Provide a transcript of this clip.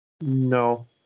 No